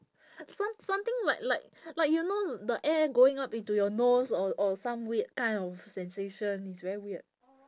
some something like like like you know the air going up into your nose or or some weird kind of sensation it's very weird